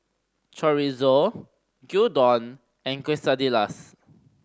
Chorizo Gyudon and Quesadillas